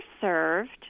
served